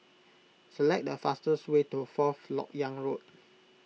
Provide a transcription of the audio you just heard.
select the fastest way to Fourth Lok Yang Road